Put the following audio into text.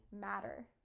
matter